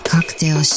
Cocktail